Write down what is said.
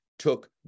took